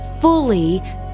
fully